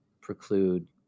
preclude